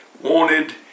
wanted